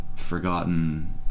forgotten